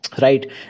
Right